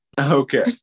Okay